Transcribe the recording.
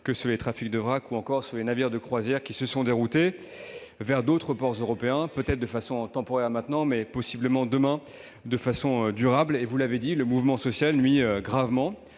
que sur les trafics de racks, ou encore sur les navires de croisière, qui se sont déroutés vers d'autres ports européens, pour le moment de façon temporaire, mais possiblement, demain, de manière durable. Vous l'avez dit, le mouvement social nuit gravement